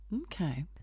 Okay